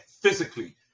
physically